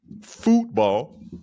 football